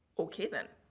okay then.